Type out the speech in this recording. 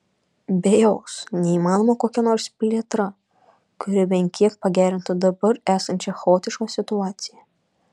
be jos neįmanoma kokia nors plėtra kuri bent kiek pagerintų dabar esančią chaotišką situaciją